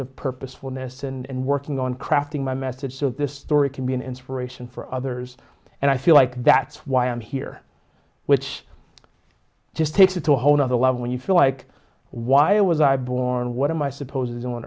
of purposefulness and working on crafting my message so this story can be an inspiration for others and i feel like that's why i'm here which just takes it to a whole nother level when you feel like why was i born what am i suppose